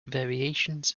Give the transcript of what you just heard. variations